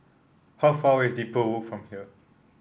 how far away is Depot Walk from here